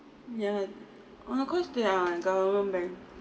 ya ah of course there are government bank